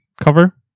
cover